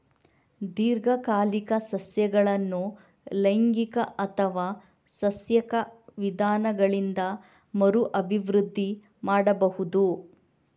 ದೀರ್ಘಕಾಲಿಕ ಸಸ್ಯಗಳನ್ನು ಲೈಂಗಿಕ ಅಥವಾ ಸಸ್ಯಕ ವಿಧಾನಗಳಿಂದ ಮರು ಅಭಿವೃದ್ಧಿ ಮಾಡಬಹುದು